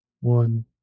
one